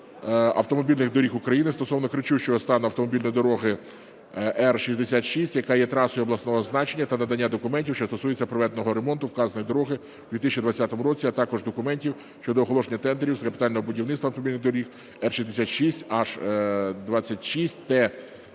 агентства автомобільних доріг України стосовно кричущого стану автомобільної дороги Р-66, яка є трасою обласного значення, та надання документів, що стосуються проведеного ремонту вказаної дороги в 2020 році, а також документів щодо оголошених тендерів з капітального ремонту автомобільних доріг Р-66, Н-26, Т-13-02